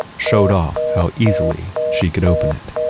showed off how easily she could open it.